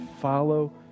Follow